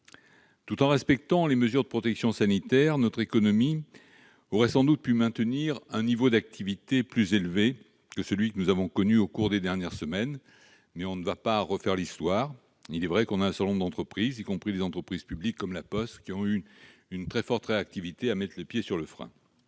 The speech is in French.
Tout en respectant les mesures de protection sanitaire, notre économie aurait sans doute pu maintenir un niveau d'activité plus élevé que celui que nous avons connu au cours des dernières semaines ; on ne va pas refaire l'histoire, mais un certain nombre d'entreprises, y compris publiques, comme La Poste, ont été très réactives pour mettre le pied sur le frein